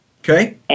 Okay